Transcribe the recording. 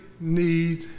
need